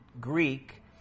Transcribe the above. Greek